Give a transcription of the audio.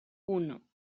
uno